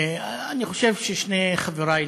אני חושב ששני חברי לפני,